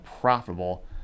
profitable